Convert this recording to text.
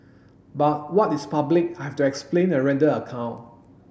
but what is public I have to explain and render account